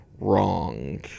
wrong